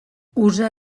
usa